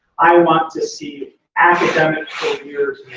i want to see academic careers